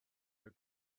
your